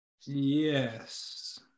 Yes